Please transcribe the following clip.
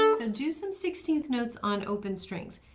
um so do some sixteenth notes on open strings,